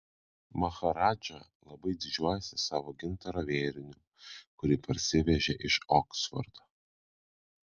maharadža labai didžiuojasi savo gintaro vėriniu kurį parsivežė iš oksfordo